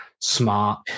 Smart